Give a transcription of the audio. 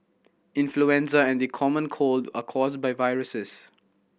influenza and the common cold are caused by viruses